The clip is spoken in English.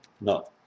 No